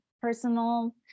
personal